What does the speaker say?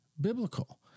biblical